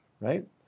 right